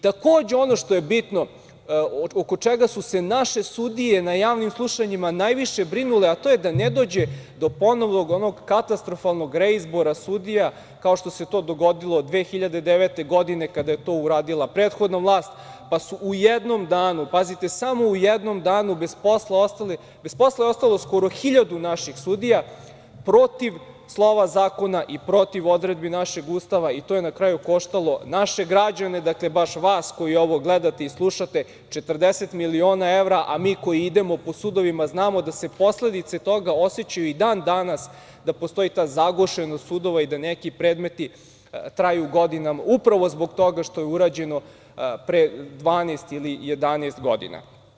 Takođe, ono što je bitno, oko čega su se naše sudije na javnim slušanjima najviše brinule, to je da ne dođe do ponovnog katastrofalnog reizbora sudija, kao što se to dogodilo 2009. godine, kada je to uradila prethodna vlast, pa je u jednom danu, pazite, samo u jednom danu, bez posla ostalo skoro hiljadu naših sudija protiv slova zakona i protiv odredbi našeg Ustava i to je na kraju koštalo naše građane, dakle, baš vas koji ovo gledate i slušate, 40 miliona evra, a mi koji idemo po sudovima znamo da se posledice toga osećaju i dan-danas, da postoji ta zagušenost sudova i da neki predmeti traju godinama, upravo zbog toga što je urađeno pre 12 ili 11 godina.